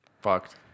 Fucked